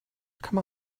come